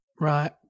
Right